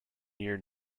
near